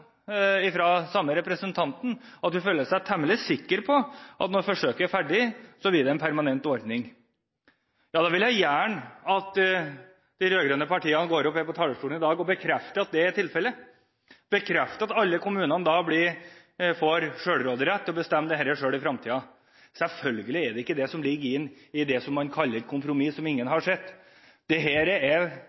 Den samme representanten sier også at hun føler seg temmelig sikker på at når forsøket er ferdig, blir det en permanent ordning. Jeg vil gjerne at de rød-grønne partiene går opp på talerstolen i dag og bekrefter at det er tilfellet, at alle kommunene da får selvråderett og får bestemme dette selv i fremtiden. Selvfølgelig er det ikke det som ligger inne i det man kaller et kompromiss, som ingen har sett. Dette er et tydelig bevis på at det er